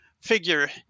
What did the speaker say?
figure